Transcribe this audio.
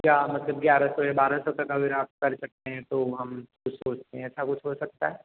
या मतलब ग्यारह सौ या बारह सौ तक अगर आप कर सकते हैं तो हम कुछ सोचते हैं ऐसा कुछ हो सकता है